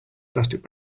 plastic